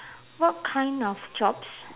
what kind of jobs